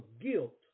guilt